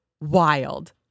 Wild